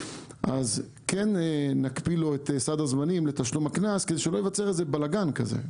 כן נקפיא לו את סד הזמנים לתשלום הקנס כדי שלא ייווצר בלגן כזה.